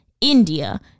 India